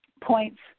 points